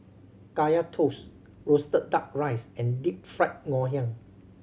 Kaya Toast roasted Duck Rice and Deep Fried Ngoh Hiang